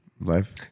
Life